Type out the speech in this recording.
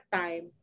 time